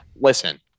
listen